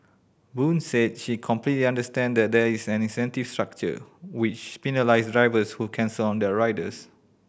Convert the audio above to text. Boon said she complete understand that there is an incentive structure which penalise drivers who cancel on their riders